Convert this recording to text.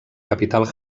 capital